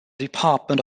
department